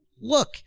look